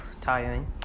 tiring